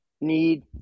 need –